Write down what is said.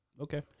okay